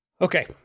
Okay